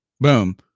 Boom